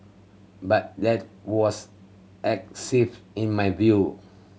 but that was excessive in my view